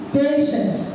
patience